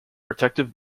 protective